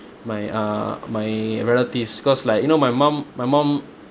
my uh my relatives because like you know my mum my mum